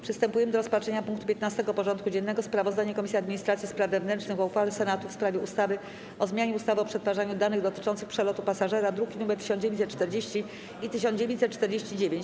Przystępujemy do rozpatrzenia punktu 15. porządku dziennego: Sprawozdanie Komisji Administracji i Spraw Wewnętrznych o uchwale Senatu w sprawie ustawy o zmianie ustawy o przetwarzaniu danych dotyczących przelotu pasażera (druki nr 1940 i 1949)